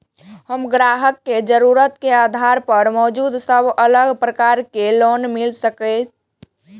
हम ग्राहक के जरुरत के आधार पर मौजूद सब अलग प्रकार के लोन मिल सकये?